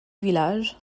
village